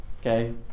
Okay